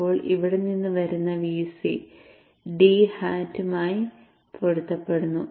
അപ്പോൾ ഇവിടെ നിന്ന് വരുന്ന Vc d യുമായി പൊരുത്തപ്പെടുന്നു